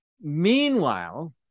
Meanwhile